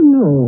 no